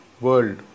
world